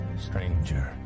Stranger